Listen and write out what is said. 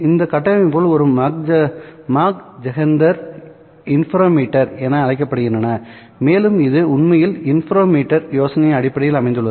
இந்த கட்டமைப்புகள் ஒரு மாக்ஜெஹெண்டர் இன்டர்ஃபெரோமீட்டர் என அழைக்கப்படுகின்றனமேலும் இது உண்மையில் இன்டர்ஃபெரோமீட்டர் யோசனையின் அடிப்படையில் அமைந்துள்ளது